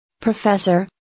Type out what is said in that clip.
Professor